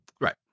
Right